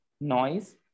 noise